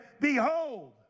behold